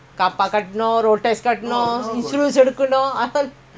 okay okay then gaadi